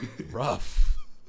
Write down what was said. rough